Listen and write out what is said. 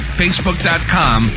facebook.com